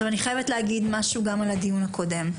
אני חייבת להגיד משהו גם על הדיון הקודם.